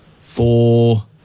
four